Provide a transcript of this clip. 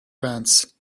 pants